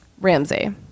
ramsey